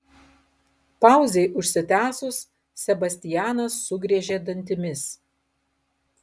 pauzei užsitęsus sebastianas sugriežė dantimis